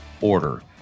order